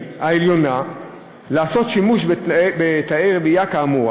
העליונה לעשות שימוש בתאי רבייה כאמור.